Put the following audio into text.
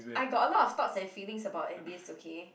I got a lot of thoughts and feelings about this okay